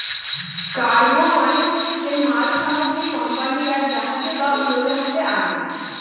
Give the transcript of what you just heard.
cargo মানে হচ্ছে মাল সামগ্রী কোম্পানিরা জাহাজে বা উড়োজাহাজে আনে